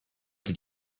did